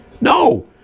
no